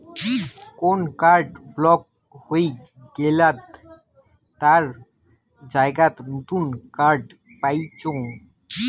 কোন card block হই গেলাত তার জায়গাত নতুন কার্ড পাইচুঙ